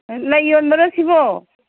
ꯂꯩ ꯌꯣꯟꯕꯔꯥ ꯁꯤꯕꯣ